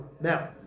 Now